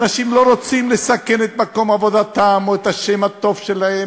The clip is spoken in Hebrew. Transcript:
אנשים לא רוצים לסכן את מקום עבודתם או את השם הטוב שלהם,